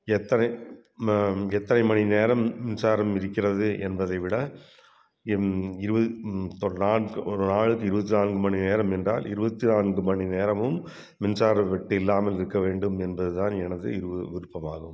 எத்தனை ம எத்தனை மணி நேரம் மின்சாரம் இருக்கிறது என்பதை விட எம் இருபது நான்கு ஒரு நாளுக்கு இருபத்து நான்கு மணி நேரம் என்றால் இருபத்தி நான்கு மணி நேரமும் மின்சாரவெட்டு இல்லாமல் இருக்க வேண்டும் என்பது தான் எனது இது ஒரு விருப்பமாகும்